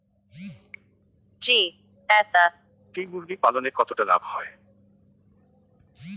GST মুরগি পালনে কতটা লাভ হয়?